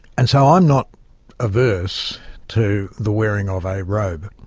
and so i'm not averse to the wearing of a robe.